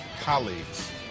colleagues